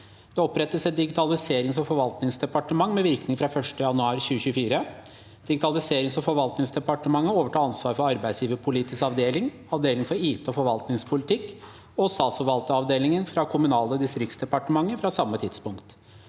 Det opprettes et Digitaliserings- og forvaltningsdepartementet med virkning fra 1. januar 2024. Digitaliserings- og forvaltningsdepartementet overtar ansvaret for Arbeidsgiverpolitisk avdeling, Avdeling for IT- og forvaltningspolitikk og Statsforvaltningsavdelingen fra Kommunal- og distriktsdepartementet fra samme tidspunkt.